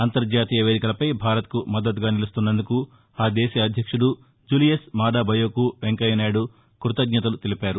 అంతర్జాతీయ వేదికలపై భారత్కు మద్దతుగా నిలుస్తున్నందుకు ఆ దేశ అధ్యక్షుడు జులియస్ మాడా బయోకు వెంకయ్యనాయుడు కృతజ్ఞతలు తెలిపారు